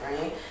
right